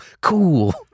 cool